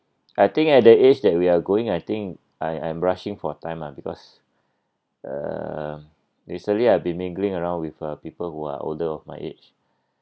I think at the pace that we are going I think I I'm rushing for time lah because uh recently I've been mingling around with uh people who are older of my age